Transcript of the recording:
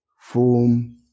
Form